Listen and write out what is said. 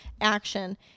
action